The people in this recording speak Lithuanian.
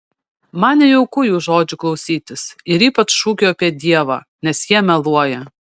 man nejauku jų žodžių klausytis ir ypač šūkio apie dievą nes jie meluoja